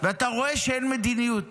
ואתה רואה שאין מדיניות